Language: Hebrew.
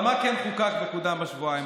כל הזמן אני דואג לך.